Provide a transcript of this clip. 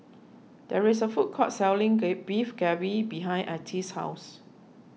there is a food court selling Beef Galbi behind Ettie's house